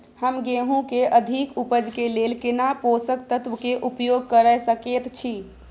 हम गेहूं के अधिक उपज के लेल केना पोषक तत्व के उपयोग करय सकेत छी?